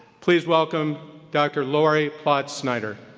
please welcome dr. lori ploutz-snyder.